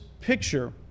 picture